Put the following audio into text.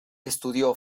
estudió